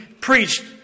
preached